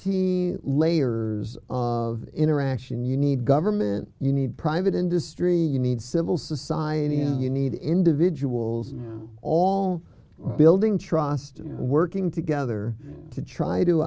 teen layers of interaction you need government you need private industry you need civil society and you need individuals all building trust and working together to try to